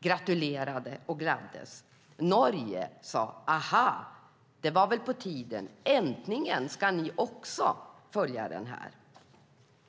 gratulerades och gladdes. Norrmännen sade: Det var på tiden. Äntligen ska ni också följa detta.